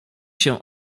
się